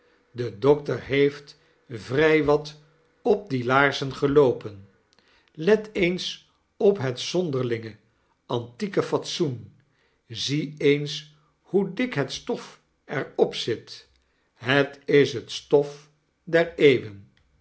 de dokter heeft vry wat op die laarzen geloopen let eens op het zonderlinge antieke fatsoen zie eens hoe dik het stof er op zit het is het stof der eeuwen